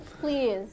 please